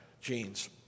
genes